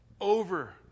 over